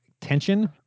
tension